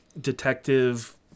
detective